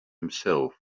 himself